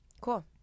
Cool